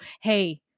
hey